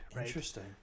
Interesting